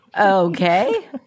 Okay